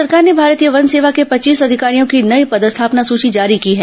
राज्य सरकार ने भारतीय वन सेवा के पच्चीस अधिकारियों की नई पदस्थापना सूची जारी की है